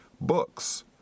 Books